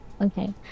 Okay